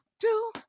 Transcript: two